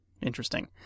interesting